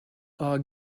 our